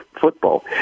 football